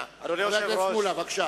חבר הכנסת מולה, בבקשה.